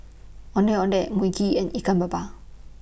Ondeh Ondeh Mui Kee and Ikan Maba